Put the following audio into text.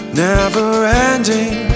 never-ending